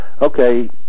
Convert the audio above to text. okay